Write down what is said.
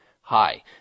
Hi